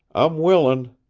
i'm willin'.